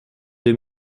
deux